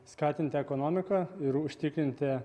skatinti ekonomiką ir užtikrinti